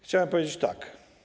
Chciałem powiedzieć tak.